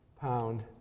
pound